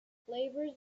flavors